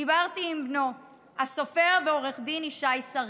דיברתי עם בנו, הסופר ועורך הדין ישי שריד.